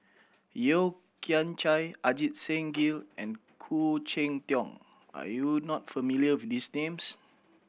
Yeo Kian Chye Ajit Singh Gill and Khoo Cheng Tiong are you not familiar with these names